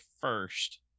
first